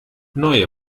neue